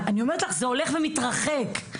וזה הולך ומתרחק,